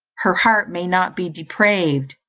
her heart may not be depraved,